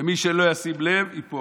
ומי שלא ישים לב, ייפול.